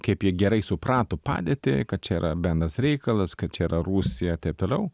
kaip jie gerai suprato padėtį kad čia yra bendras reikalas kad čia yra rusija taip toliau